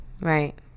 right